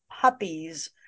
puppies